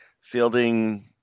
Fielding